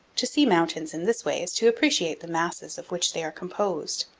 to see mountains in this way is to appreciate the masses of which they are composed.